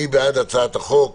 מי שבעד הצעת החוק